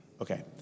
Okay